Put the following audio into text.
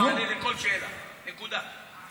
היה מענה לכל שאלה, נקודה.